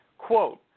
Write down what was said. Quote